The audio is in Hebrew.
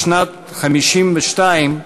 בשנת 1952,